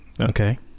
Okay